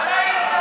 נמאסתם.